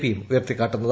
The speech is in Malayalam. പിയും ഉയർത്തിക്കാട്ടുന്നത്